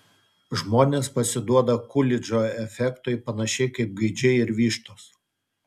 žmonės pasiduoda kulidžo efektui panašiai kaip gaidžiai ir vištos